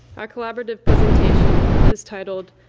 our collaborative presentation is titled,